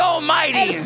Almighty